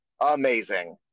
amazing